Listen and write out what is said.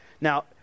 Now